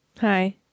Hi